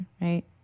right